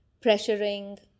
pressuring